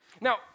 Now